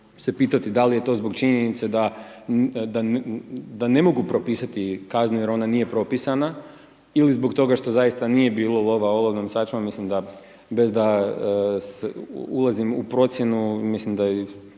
se pitati da li to zbog činjenice da ne mogu propisati kaznu jer ona nije propisana ili zbog toga što zaista nije bilo lova olovnom sačmom mislim da bez da ulazim u procjenu mislim da